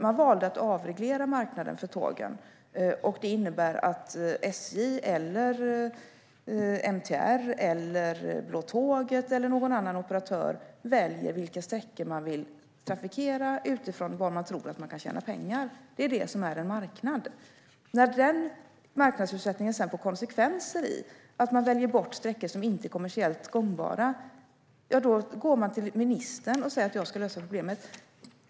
Man valde att avreglera marknaden för tågen. Det innebär att SJ, MTR, Blå Tåget eller någon annan operatör väljer vilka sträckor de vill trafikera utifrån var de tror att de kan tjäna pengar. Det är en marknad. När den marknadsutsättningen sedan får konsekvenser i att de väljer bort sträckor som inte är kommersiellt gångbara går man till ministern och säger att jag ska lösa problemet.